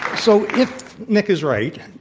so if nick is right,